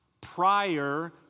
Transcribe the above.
prior